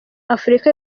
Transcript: afurika